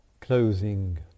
closing